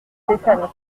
stéphane